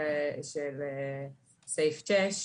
בסעיף 6,